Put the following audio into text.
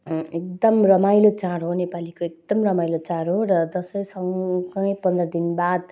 एकदम रमाइलो चाड हो नेपालीको एकदम रमाइलो चाड हो र दसैँसँग कुनै पन्ध्र दिनबाद